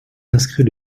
inscrit